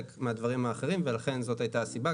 מהדברים האחרים ולכן זו הייתה הסיבה,